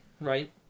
right